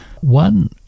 one